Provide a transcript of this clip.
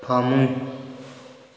ꯐꯃꯨꯡ